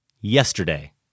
yesterday